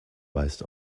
weist